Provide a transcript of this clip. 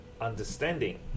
understanding